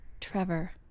Trevor